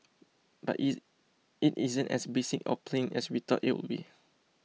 but it it isn't as basic or plain as we thought it would be